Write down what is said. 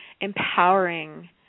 empowering